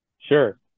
Sure